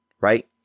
right